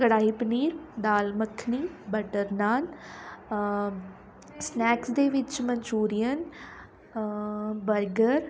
ਕੜਾਹੀ paneer dal makhani butter naan snacks ਦੇ ਵਿੱਚ ਮਨਚੂਰੀਅਨ ਬਰਗਰ